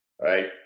right